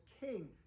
King